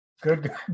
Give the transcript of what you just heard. Good